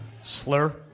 Slur